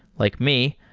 like me,